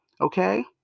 Okay